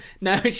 No